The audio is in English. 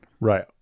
Right